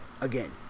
Again